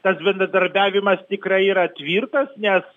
tas bendradarbiavimas tikrai yra tvirtas nes